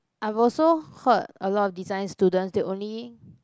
I've also heard a lot of designs student they only